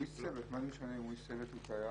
הוא איש צוות, מה זה משנה אם הוא איש צוות או טייס